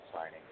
signing